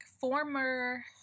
former